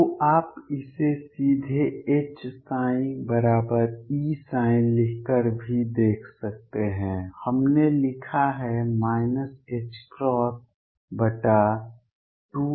तो आप इसे सीधे HψEψ लिखकर भी देख सकते हैं हमने लिखा है 2mR222Eψ